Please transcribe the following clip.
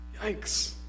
Yikes